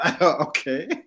Okay